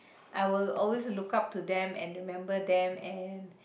I will always look up to them and remember them and